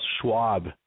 Schwab